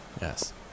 Yes